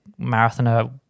marathoner